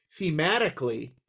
thematically